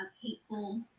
hateful